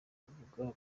kuvuga